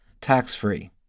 tax-free